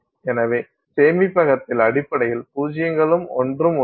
எனவே சேமிப்பகத்தில் அடிப்படையில் பூஜ்ஜியங்களும் ஒன்றும் உள்ளன